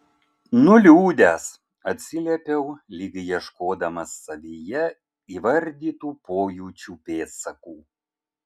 nuliūdęs atsiliepiau lyg ieškodamas savyje įvardytų pojūčių pėdsakų